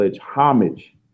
homage